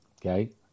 okay